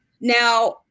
Now